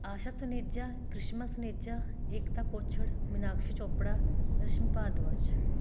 Asha Suneja Karishma Suneja Ekta Kochhar Meenakshi Chopra Rashmi Bhardwaj